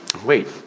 Wait